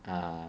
ah